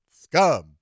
Scum